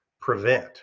prevent